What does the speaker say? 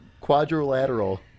Quadrilateral